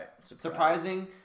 Surprising